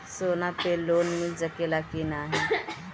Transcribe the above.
सोना पे लोन मिल सकेला की नाहीं?